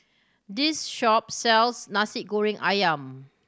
this shop sells Nasi Goreng Ayam